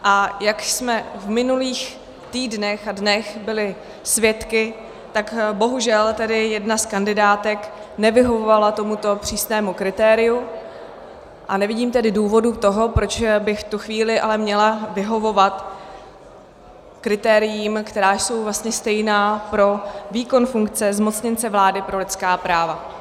A jak jsme v minulých týdnech a dnech byli svědky, tak bohužel tedy jedna z kandidátek nevyhovovala tomuto přísnému kritériu, a nevidím tedy důvod toho, proč by v tu chvíli ale měla vyhovovat kritériím, která jsou vlastně stejná pro výkon funkce zmocněnce vlády pro lidská práva.